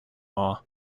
law